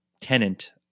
tenant